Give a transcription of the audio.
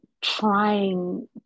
trying